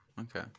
okay